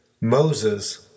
Moses